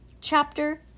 Chapter